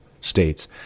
states